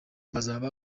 bazaba